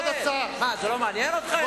מה, זה לא מעניין אתכם?